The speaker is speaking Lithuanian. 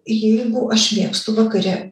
jeigu aš mėgstu vakare